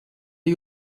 die